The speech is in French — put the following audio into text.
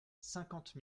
cinquante